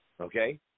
Okay